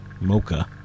Mocha